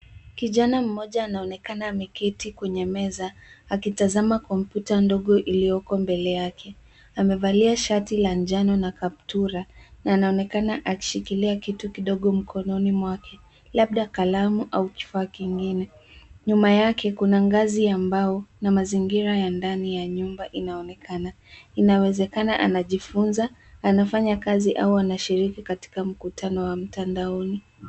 Kijana mmoja anaonekana ameketi kwenye meza, akitazama kompyuta ndogo iliyoko mbele yake. Amevalia shati la njano na kaptura na anaonekana akishikilia kitu kidogo mkononi mwake labda kalamu au kifaa kingine. Nyuma yake kuna ngazi ya mbao na mazingira ya ndani ya nyumba inaonekana. Inawezekana anajifunza, anafanya kazi au anashiriki katika mkutano wa mtandaoni.